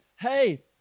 hey